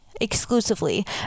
exclusively